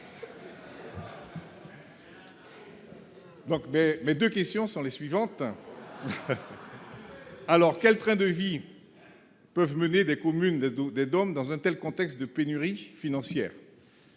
les 2 questions sont les suivantes. Alors quel train de vie peuvent mener des communes de des Dom dans un contexte de pénurie financière.